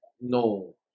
no